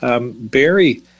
Barry